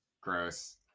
gross